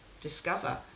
discover